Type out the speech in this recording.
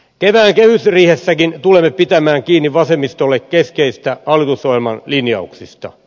kevään kehysriihessäkin tulemme pitämään kiinni vasemmistolle keskeisistä hallitusohjelman linjauksista